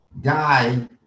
die